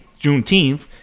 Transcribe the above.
Juneteenth